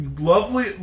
lovely